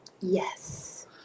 Yes